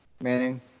Manning